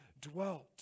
dwelt